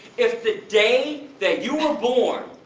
if the day that you were born,